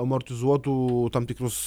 amortizuotų tam tikrus